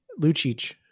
lucic